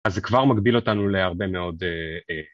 אז זה כבר מגביל אותנו להרבה מאוד...